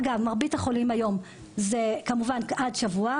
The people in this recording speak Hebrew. אגב, מרבית החולים היום זה, כמובן, עד שבוע.